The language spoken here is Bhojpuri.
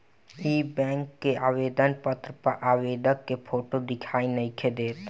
इ बैक के आवेदन पत्र पर आवेदक के फोटो दिखाई नइखे देत